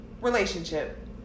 relationship